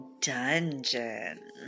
dungeon